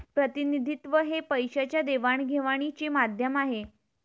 प्रतिनिधित्व हे पैशाच्या देवाणघेवाणीचे माध्यम आहे